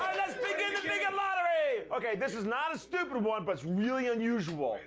begin the bigot lottery! ok, this is not a stupid one, but it's really unusual,